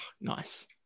Nice